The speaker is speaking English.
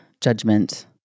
judgment